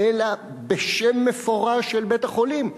אלא בשם מפורש של בית-החולים.